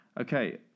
Okay